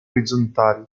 orizzontali